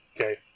Okay